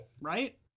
Right